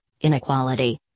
inequality